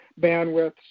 bandwidths